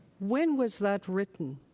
when was that written?